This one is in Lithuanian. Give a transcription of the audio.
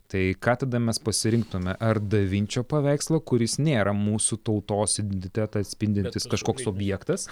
tai ką tada mes pasirinktume ar da vinčio paveikslą kuris nėra mūsų tautos identitetą atspindintis kažkoks objektas